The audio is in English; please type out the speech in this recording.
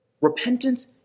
repentance